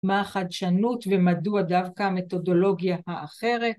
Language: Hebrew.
‫מה החדשנות ומדוע דווקא ‫המתודולוגיה האחרת?